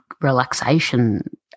relaxation